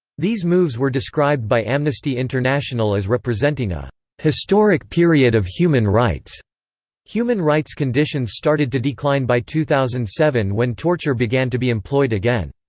these moves were described by amnesty international as representing a historic period of human rights human rights conditions started to decline by two thousand and seven when torture began to be employed again.